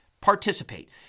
Participate